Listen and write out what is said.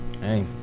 Hey